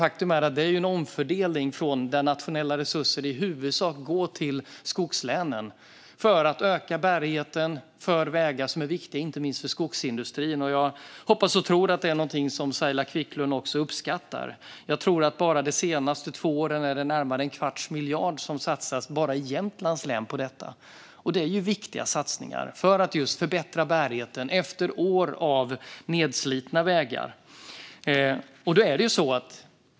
Faktum är att det är en omfördelning där nationella resurser i huvudsak går till skogslänen för att öka bärigheten på vägar som är viktiga inte minst för skogsindustrin. Jag hoppas och tror att detta är något som Saila Quicklund också uppskattar. Jag tror att det de senaste två åren har satsats närmare en kvarts miljard bara i Jämtlands län på detta. Och det är viktiga satsningar för att just förbättra bärigheten efter år av nedslitna vägar.